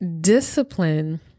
discipline